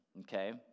okay